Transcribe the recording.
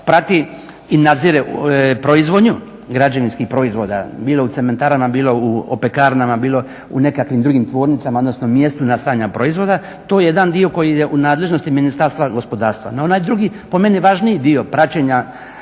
prati i nadzire proizvodnju građevinskih proizvoda bilo u cementarama, bilo u pekarnama, bilo u nekakvim drugim tvornicama odnosno mjestu nastajanja proizvoda. To je jedan dio koji je u nadležnosti Ministarstva gospodarstva. No, onaj drugi po meni važniji dio praćenja